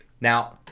Now